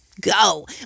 go